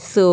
so